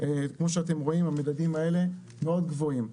כמו שאתם רואים המדדים האלה מאוד גבוהים.